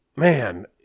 Man